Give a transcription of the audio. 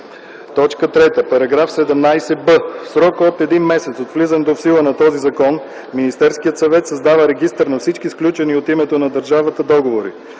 3. „§ 17б. В срок от един месец от влизането в сила на този закон Министерският съвет създава регистър на всички сключени от името на държавата договори.